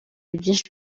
byinshi